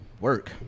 Work